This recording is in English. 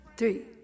Three